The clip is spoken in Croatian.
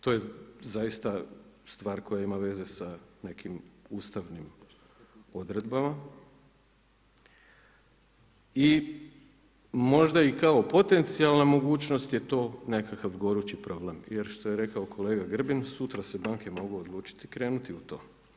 To je zaista stvar koja ima veze sa nekim ustavnim odredbama i možda kao i potencijalna mogućnost je to nekakav gorući problem jer kao što je rekao kolega Grbin sutra se banke mogu odlučiti krenuti u to.